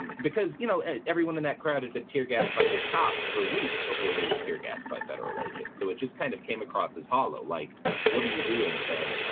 um because you know everyone in that crowd had been tear-gassed by his cops for weeks before they were tear-gassed by federal agents so it just kind of came across as hollow like what are you doing ted?